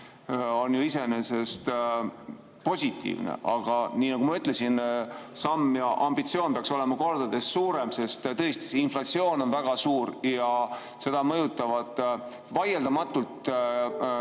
on ju iseenesest positiivne. Aga nii nagu ma ütlesin, samm ja ambitsioon peaks olema kordades suurem. Sest tõesti, inflatsioon on väga suur ja seda mõjutavad vaieldamatult